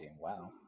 WoW